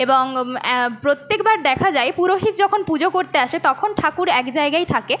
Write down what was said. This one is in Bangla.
এবং প্রত্যেকবার দেখা যায় পুরোহিত যখন পুজো করতে আসে তখন ঠাকুর এক জায়গায় থাকে